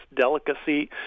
delicacy